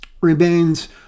remains